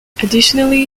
additionally